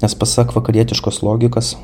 nes pasak vakarietiškos logikos